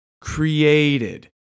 created